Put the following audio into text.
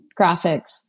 graphics